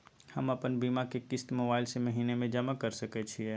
हम अपन बीमा के किस्त मोबाईल से महीने में जमा कर सके छिए?